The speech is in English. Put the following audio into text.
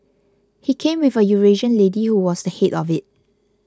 he came with a Eurasian lady who was the head of it